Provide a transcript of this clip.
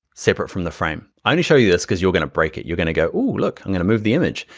separate from the frame. i only show you this cuz you're gonna break it, you're gonna go look. i'm gonna move the image.